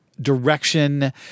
direction